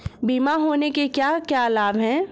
बीमा होने के क्या क्या लाभ हैं?